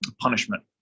punishment